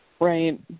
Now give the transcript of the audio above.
right